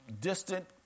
distant